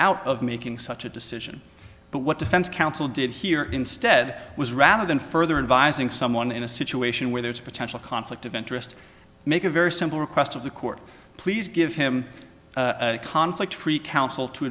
out of making such a decision but what defense counsel did here instead was rather than further advising someone in a situation where there's a potential conflict of interest make a very simple request of the court please give him a conflict free counsel to